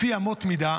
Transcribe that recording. לפי אמות מידה